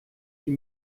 die